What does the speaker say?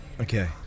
Okay